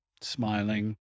smiling